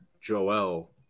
Joel